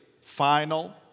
final